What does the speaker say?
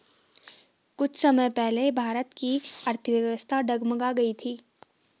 कुछ समय पहले भारत की अर्थव्यवस्था डगमगा गयी थी